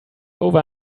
over